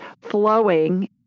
flowing